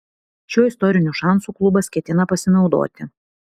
šiuo istoriniu šansu klubas ketina pasinaudoti